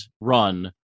run